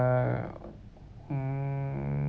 uh mm